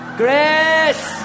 grace